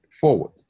forward